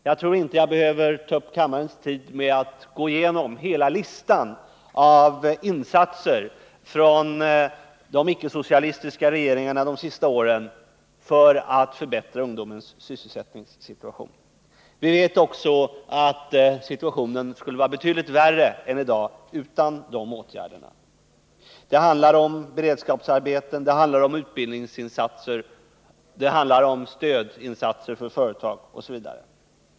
Jag tror inte att jag behöver ta upp kammarens tid med att gå igenom listan av insatser från de icke-socialistiska regeringarna under de senaste åren för att förbättra ungdomens sysselsättningssituation. Vi vet också att situationen skulle vara betydligt värre än den är i dag utan dessa åtgärder. Det handlar om beredskapsarbeten, utbildningsinsatser, stödinsatser för företag osv.